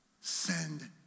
send